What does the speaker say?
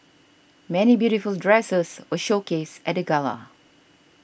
many beautiful dresses were showcased at gala